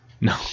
No